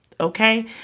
Okay